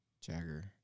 Jagger